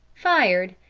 fired,